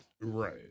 Right